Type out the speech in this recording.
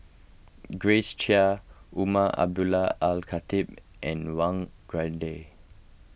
Grace Chia Umar Abdullah Al Khatib and Wang